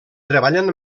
treballen